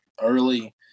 early